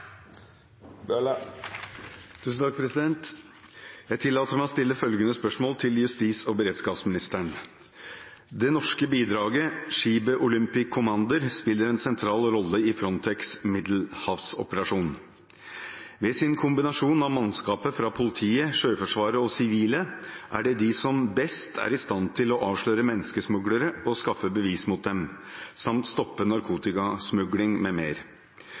beredskapsministeren: «Det norske bidraget, skipet Olympic Commander, spiller en sentral rolle i Frontex’ middelhavsoperasjon. Ved sin kombinasjon av mannskaper fra politiet, Sjøforsvaret og sivile er det de som best er i stand til å avsløre menneskesmuglere og skaffe bevis mot dem, samt stoppe narkotikasmugling m.m. Til nå har de pågrepet 247 menneskesmuglere og beslaglagt bl.a. 3,5 tonn marihuana. Det norske bidraget finansieres i stor grad med